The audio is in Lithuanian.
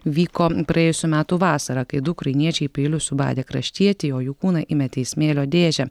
vyko praėjusių metų vasarą kai du ukrainiečiai peiliu subadė kraštietį o jų kūną įmetė į smėlio dėžę